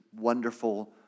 wonderful